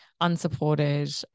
unsupported